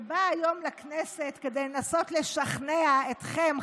שבאה היום לכנסת כדי לנסות לשכנע אתכם,